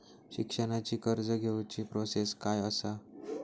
शिक्षणाची कर्ज घेऊची प्रोसेस काय असा?